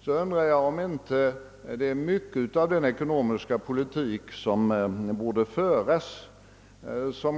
Jag undrar om inte mycket av den ekonomiska politik, som